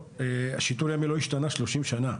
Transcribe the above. השיטור הימי לא השתנה 30 שנה,